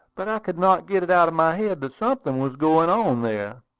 but i could not get it out of my head that something was going on there.